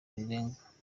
rirenga